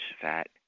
fat